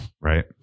right